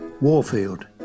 Warfield